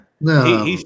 No